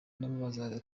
ndamubaza